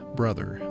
brother